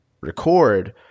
record